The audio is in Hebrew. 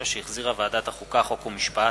2009, שהחזירה ועדת החוקה, חוק ומשפט.